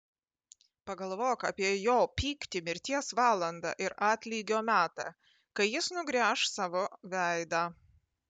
pagalvok apie jo pyktį mirties valandą ir atlygio metą kai jis nugręš savo veidą